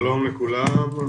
שלום לכולם.